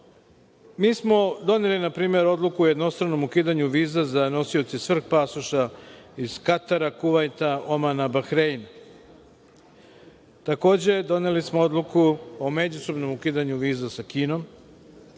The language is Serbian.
smo doneli npr. odluku o jednostranom ukidanju viza za nosioce SR pasoša iz Katara, Kuvajta, Omana, Bahreina. Takođe, doneli smo odluku o međusobnom ukidanju viza sa Kinom